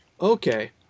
Okay